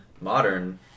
modern